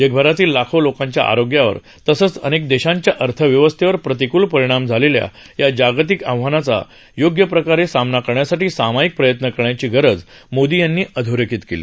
जगभरातील लाखो लोकांच्या आरोग्यावर तसंच अनेक देशांच्या अर्थव्यवस्थेवर प्रतिकृल परिणाम झालेल्या या जागतिक आव्हानाचा योग्य प्रकारे सामना करण्यासाठी सामायिक प्रयत्न करण्याची गरज मोदींनी अधोरेखित केली